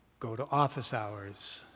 go to office hours,